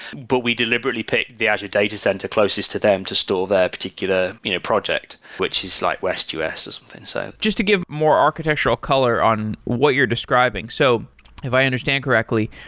but we deliberately pick the azure datacenter closest to them to store their particular you know project, which is like west u s. or something. so just to give more architectural color on what you're describing. so if i understand correctly,